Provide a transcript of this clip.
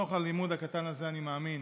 מתוך הלימוד הקטן הזה אני מאמין